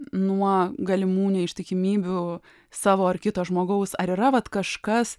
nuo galimų neištikimybių savo ar kito žmogaus ar yra vat kažkas